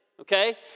okay